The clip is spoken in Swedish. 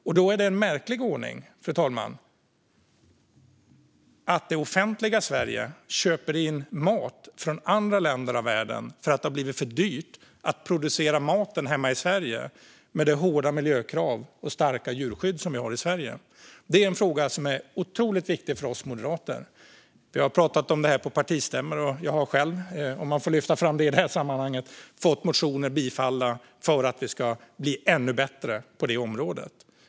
Därför är det en märklig ordning, fru talman, att det offentliga Sverige köper in mat från andra länder i världen för att det har blivit för dyrt att producera maten i hemma i Sverige med de hårda miljökrav och det starka djurskydd vi har i Sverige. Detta är en fråga som är otroligt viktig för oss moderater. Vi har pratat om den på partistämmor, och jag har själv - om man får lyfta fram det i det här sammanhanget - fått motioner bifallna som handlar om att bli ännu bättre på det här området.